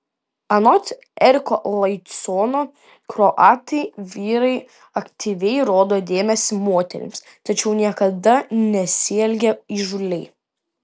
anot eriko laicono kroatai vyrai aktyviai rodo dėmesį moterims tačiau niekada nesielgia įžūliai